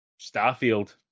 Starfield